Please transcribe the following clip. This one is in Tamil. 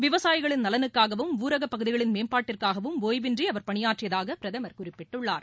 விவசாயிகளின் நலனுக்காகவும் ஊரக பகுதிகளின் மேம்பாட்டிற்காகவும் ஒய்வின்றி அவர் பணியாற்றியதாக பிரதம் குறிப்பிட்டுள்ளார்